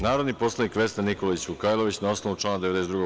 Narodni poslanik Vesna Nikolić Vukajlović, na osnovu člana 92.